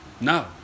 No